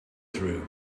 through